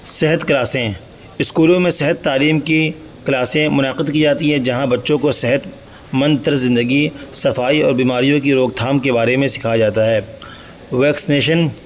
صحت کلاسیں اسکولوں میں صحت تعلیم کی کلاسیں منعقد کی جاتی ہے جہاں بچوں کو صحت مند طرز زندگی صفائی اور بیماریوں کی روک تھام کے بارے میں سکھایا جاتا ہے ویکسینیشن